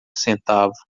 centavo